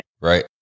right